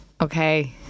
Okay